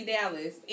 Dallas